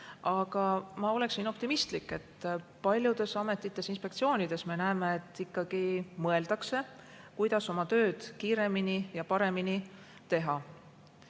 aga ma oleksin optimistlik, et paljudes ametites, inspektsioonides me näeme, et ikkagi mõeldakse, kuidas oma tööd kiiremini ja paremini teha.